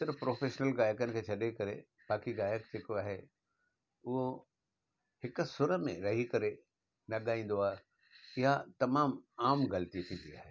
सिर्फ़ प्रोफेश्नल गायकर खे छॾे करे बाक़ी गायक जेको आहे उहो हिकु सुर में रही करे न ॻाईंदो आहे या तमामु आम ग़लतियूं थींदी आहिनि